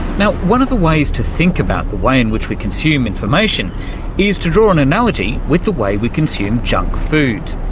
one of the ways to think about the way in which we consume information is to draw an analogy with the way we consume junk food.